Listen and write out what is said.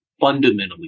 fundamentally